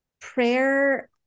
prayer